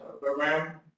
Program